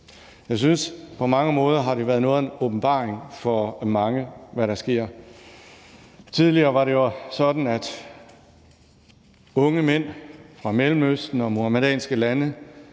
Jeg synes, at det på mange måder har været noget af en åbenbaring for mange, hvad der sker. Tidligere var det jo sådan, at unge mænd fra Mellemøsten og muhamedanske lande